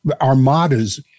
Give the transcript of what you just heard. armadas